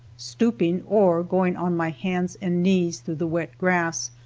stooping or going on my hands and knees through the wet grass,